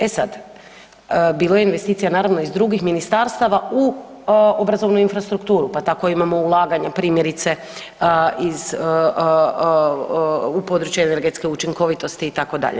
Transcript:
E sad, bilo je investicija naravno iz drugih ministarstava u obrazovnu infrastrukturu, pa tako imamo ulaganja primjerice iz u području energetske učinkovitosti itd.